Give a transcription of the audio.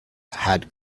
had